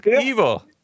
evil